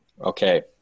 Okay